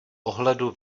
ohledu